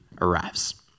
Arrives